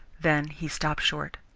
then he stopped short.